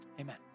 Amen